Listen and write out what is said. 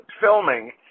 filming